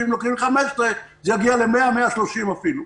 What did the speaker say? ואם לוקחים לי 15% זה יגיע ל-100 130 מיליון שקל.